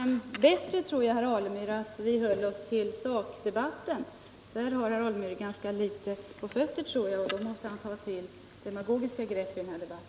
Herr talman! Jag tror det är bättre, herr Alemyr, att vi håller oss till sakdebatten. Men herr Alemyr har nog där ganska dåligt på fötterna och därför måste han ta till demagogiska grepp när han debatterar.